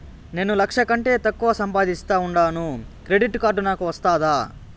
నేను లక్ష కంటే తక్కువ సంపాదిస్తా ఉండాను క్రెడిట్ కార్డు నాకు వస్తాదా